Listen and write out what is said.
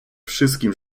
wszystkim